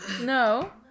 No